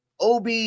Ob